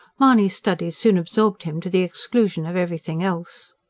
mahony's studies soon absorbed him to the exclusion of everything else.